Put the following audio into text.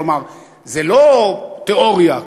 כלומר זה לא תיאוריה,